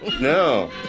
No